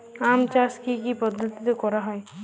আম চাষ কি কি পদ্ধতিতে করা হয়?